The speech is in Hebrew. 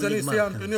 אני סיימתי.